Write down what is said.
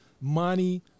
money